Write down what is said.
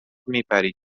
میپرید